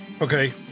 Okay